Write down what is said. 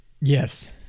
Yes